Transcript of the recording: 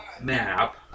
map